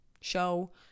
show